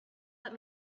let